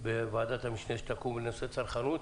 בוועדת המשנה שתקום לנושא צרכנות.